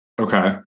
Okay